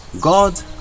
God